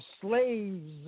slaves